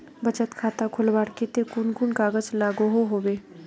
बचत खाता खोलवार केते कुन कुन कागज लागोहो होबे?